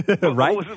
right